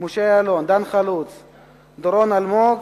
משה יעלון, דן חלוץ, דורון אלמוג